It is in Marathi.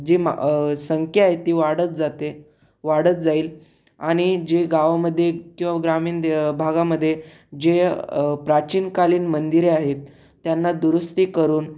जी संख्या आहे ती वाढत जाते वाढत जाईल आणि जी गावामध्ये किंवा ग्रामीण भागामध्ये जे प्राचीन कालीन मंदिरे आहेत त्यांना दुरुस्ती करून